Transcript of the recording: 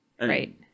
right